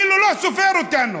איך התנהל, כאילו לא סופר אותנו,